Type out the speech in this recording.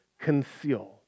conceal